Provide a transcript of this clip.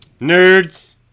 Nerds